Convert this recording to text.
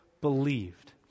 believed